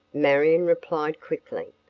marion replied, quickly.